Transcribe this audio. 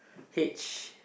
H